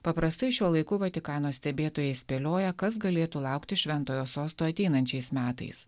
paprastai šiuo laiku vatikano stebėtojai spėlioja kas galėtų laukti šventojo sosto ateinančiais metais